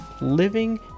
living